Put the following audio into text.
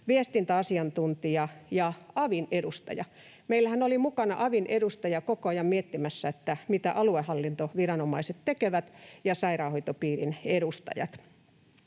viestintäasiantuntija ja avin edustaja. Meillähän oli mukana avin edustaja koko ajan miettimässä, mitä aluehallintoviranomaiset ja sairaanhoitopiirin edustajat